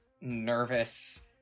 nervous